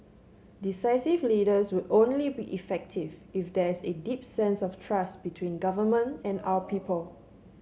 decisive leaders would only be effective if there's a deep sense of trust between government and our people